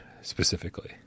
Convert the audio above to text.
specifically